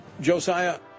Josiah